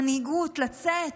מנהיגות, לצאת?